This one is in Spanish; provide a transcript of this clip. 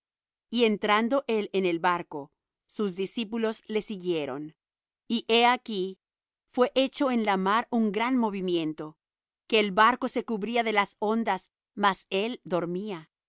y entrando él en el barco sus discípulos le siguieron y he aquí fué hecho en la mar un gran movimiento que el barco se cubría de las ondas mas él dormía